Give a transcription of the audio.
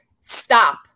stop